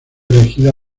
elegida